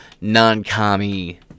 non-commie